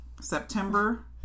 September